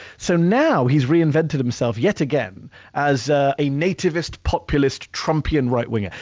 so now he's reinvented himself yet again as ah a nativist, populist, trumpian right-winger.